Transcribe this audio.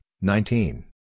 nineteen